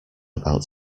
about